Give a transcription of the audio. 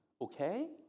Okay